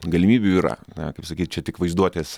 galimybių yra na kaip sakyt čia tik vaizduotės